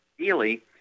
Ideally